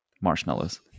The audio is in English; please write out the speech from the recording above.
marshmallows